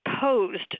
posed